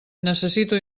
necessito